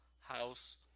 house